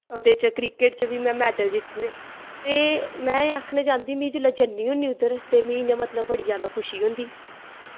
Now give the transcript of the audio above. ओह्दे च क्रिकेट च वी में मैडल जीत्ते दे ते में एह् आक्खना चाह्ंदी में जुल्लै जन्नी होन्नी उध्दर ते मिगी इ'यां मतलव बड़ी जैदा खुशी होंदी